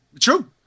True